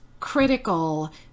Critical